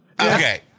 Okay